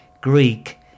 Greek